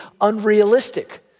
unrealistic